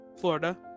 Florida